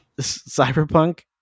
Cyberpunk